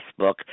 Facebook